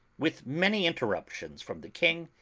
with many interruptions from the king,